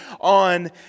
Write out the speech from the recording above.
on